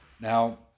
Now